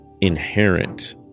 inherent